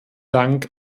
dank